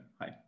Hi